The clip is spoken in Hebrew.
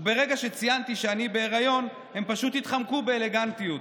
וברגע שציינתי שאני בהיריון הם פשוט התחמקו באלגנטיות.